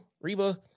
reba